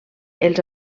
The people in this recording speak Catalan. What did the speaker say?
els